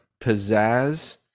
pizzazz